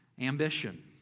Ambition